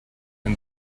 and